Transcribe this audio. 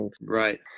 Right